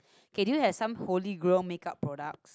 okay do you have some holy grail make up products